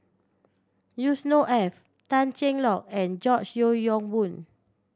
Yusnor Ef Tan Cheng Lock and George Yeo Yong Boon